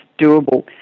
doable